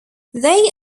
they